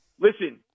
listen